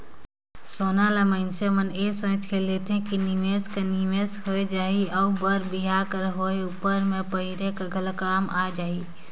सोना ल मइनसे मन ए सोंएच के लेथे कि निवेस कर निवेस होए जाही अउ बर बिहा कर होए उपर में पहिरे कर घलो काम आए जाही